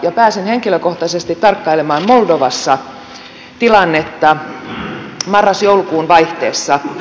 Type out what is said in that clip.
pääsin henkilökohtaisesti tarkkailemaan moldovassa tilannetta marras joulukuun vaihteessa